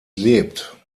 lebt